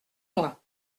moi